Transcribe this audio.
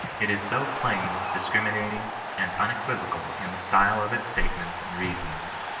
it is so plain, discriminating, and unequivocal in the style of its statements and reasonings,